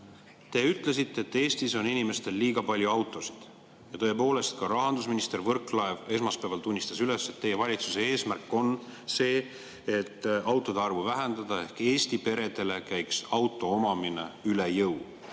te ütlesite, et Eestis on inimestel liiga palju autosid. Tõepoolest, ka rahandusminister Võrklaev esmaspäeval tunnistas üles, et teie valitsuse eesmärk on see, et autode arvu vähendada ehk et Eesti peredele käiks auto omamine üle jõu.